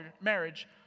marriage